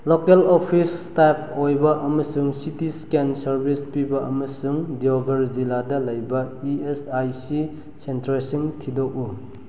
local office type ꯑꯣꯏꯕ ꯑꯃꯁꯨꯡ C T scan service ꯄꯤꯕ ꯑꯃꯁꯨꯡ ꯗꯤꯌꯣꯒꯔ ꯖꯤꯂꯥꯗ ꯂꯩꯕ ꯏ ꯑꯦꯁ ꯑꯥꯏ ꯁꯤ ꯁꯦꯟꯇꯔꯁꯤꯡ ꯊꯤꯗꯣꯛꯎ